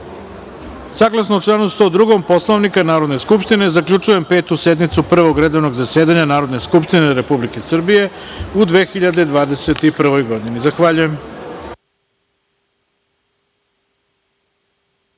popodne. Saglasno članu 102. Poslovnika Narodne skupštine, zaključujem Petu sednicu Prvog redovnog zasedanja Narodne skupštine Republike Srbije u 2021. godini. Zahvaljujem.